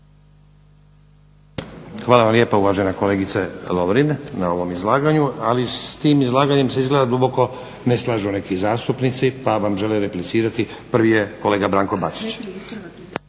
Hvala vam lijepa uvažena kolegice Lovrin na ovom izlaganju. Ali s tim izlaganjem ste izgleda duboko ne slažu neki zastupnici pa vam žele replicirati. Prvi je kolega Branko Bačić.